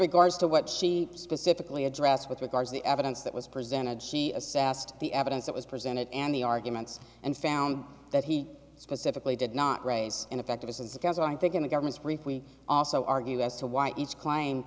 regards to what she specifically addressed with regards the evidence that was presented she assassin the evidence that was presented and the arguments and found that he specifically did not raise ineffective as it does i think in the government's brief we also argue as to why each cla